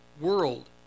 world